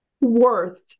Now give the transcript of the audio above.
worth